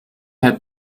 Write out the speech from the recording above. had